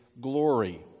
glory